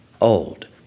old